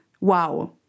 Wow